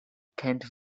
kent